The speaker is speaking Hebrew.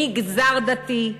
מגזר דתי,